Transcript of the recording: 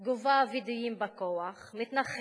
גובה וידויים בכוח, מתנחלת,